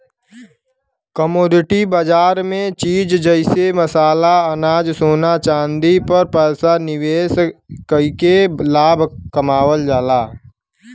commodity बाजार में चीज जइसे मसाला अनाज सोना चांदी पर पैसा निवेश कइके लाभ कमावल जाला